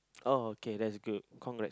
oh okay that's good congrats